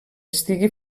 estigui